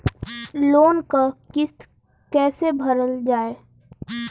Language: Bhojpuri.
लोन क किस्त कैसे भरल जाए?